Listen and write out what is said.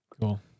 Cool